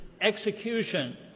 execution